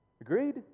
Agreed